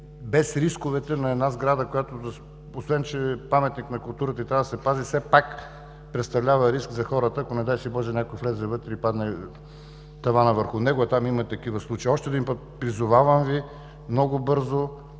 без рисковете на една сграда, която, освен че е паметник на културата и трябва да се пази, все пак представлява риск за хората, ако, не дай си Боже, някой влезе вътре и таванът падне върху него. Там има такива случаи. Още един път – призовавам Ви много бързо,